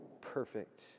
perfect